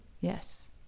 yes